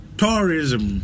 tourism